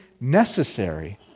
necessary